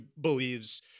believes